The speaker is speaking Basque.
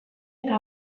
eta